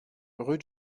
rue